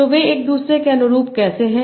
तो वे एक दूसरे के अनुरूप कैसे हैं